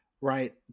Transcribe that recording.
right